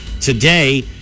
today